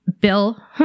bill